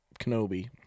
Kenobi